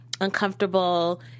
uncomfortable